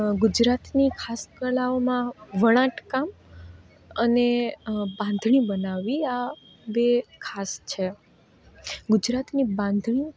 ગુજરાતની ખાસ કલાઓમાં વણાટકામ અને બાંધણી બનાવવી આ બે ખાસ છે ગુજરાતની બાંધણી